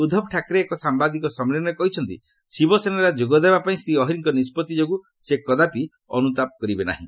ଉଦ୍ଧବ ଠାକ୍ରେ ଏକ ସାମ୍ବାଦିକ ସମ୍ମିଳନୀରେ କହିଛନ୍ତି ଶିବସେନାରେ ଯୋଗଦେବା ପାଇଁ ଶ୍ରୀ ଅହିରଙ୍କ ନିଷ୍କତ୍ତି ଯୋଗୁଁ ସେ କଦାପି ଅନୁତାପ କରିବେ ନାହିଁ